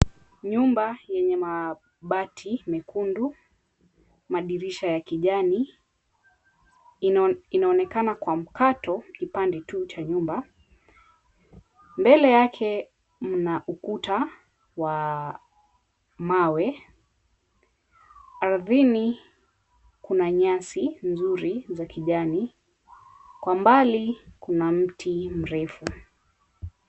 Nyumba yenye mabati mekundu, madirisha ya kijani inaonekana kwa mkato kipande tu cha nyumba. Mbele yake mna ukuta wa mawe. Ardhini kuna nyasi nzuri za kijani. Kwa mbali kuna mti mrefu.